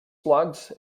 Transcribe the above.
slugs